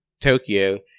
Tokyo